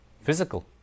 Physical